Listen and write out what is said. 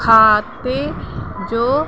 खाते जो